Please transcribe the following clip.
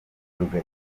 rugagi